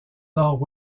nord